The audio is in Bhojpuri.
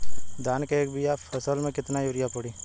धान के एक बिघा फसल मे कितना यूरिया पड़ी?